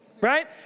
right